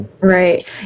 Right